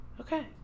Okay